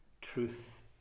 truth